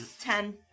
Ten